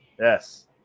Yes